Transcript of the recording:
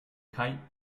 kite